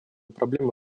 проблемы